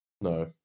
no